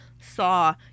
saw